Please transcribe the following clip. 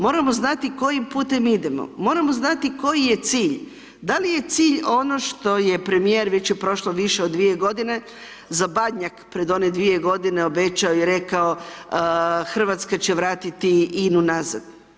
Moramo znati kojim putem idemo, moramo znati, koji je cilj, da li je cilj ono što je premjer, već je prošlo više od 2 g. za Badnjak, prije one 2 g. obećao i rekao Hrvatska će vratiti INA-u nazad.